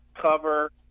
cover